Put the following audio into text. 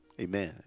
amen